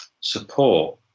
support